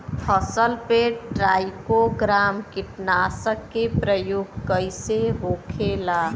फसल पे ट्राइको ग्राम कीटनाशक के प्रयोग कइसे होखेला?